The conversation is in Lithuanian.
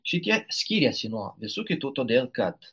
šitie skyrėsi nuo visų kitų todėl kad